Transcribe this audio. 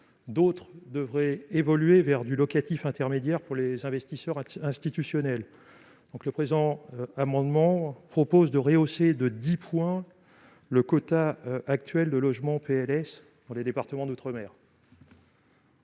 D'autres devraient évoluer vers du locatif intermédiaire pour les investisseurs institutionnels. Dans ces conditions, le présent amendement tend à rehausser de 10 points le quota actuel de logements PLS dans les départements d'outre-mer.